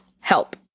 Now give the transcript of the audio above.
Help